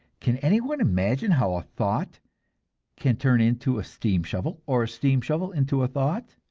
can anyone imagine how a thought can turn into a steam shovel, or a steam shovel into a thought?